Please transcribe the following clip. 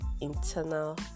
internal